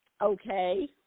Okay